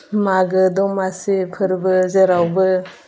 मागो दमासि फोरबो जेरावबो